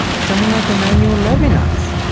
someone like emmanuel levinas,